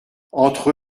entre